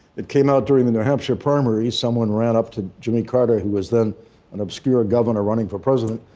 it came out during the new hampshire primary. someone ran up to jimmy carter, who was then an obscure governor running for president,